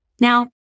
Now